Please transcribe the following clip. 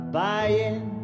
buying